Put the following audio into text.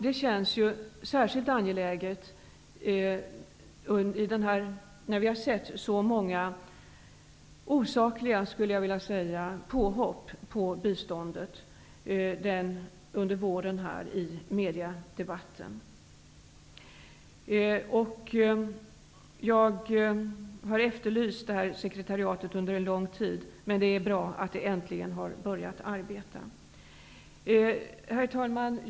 Det känns särskilt angeläget när vi har sett så många osakliga påhopp på biståndet under våren i debatten i media. Jag har efterlyst sekretariatet under lång tid, och det är bra att det äntligen har börjat arbeta. Herr talman!